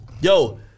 Yo